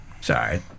sorry